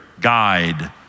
guide